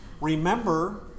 remember